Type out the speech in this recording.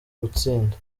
gutsinda